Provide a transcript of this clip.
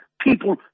people